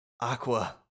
Aqua